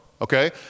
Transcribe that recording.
okay